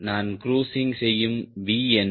நான் க்ரூஸிங் செய்யும் V என்ன